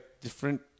different